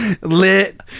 lit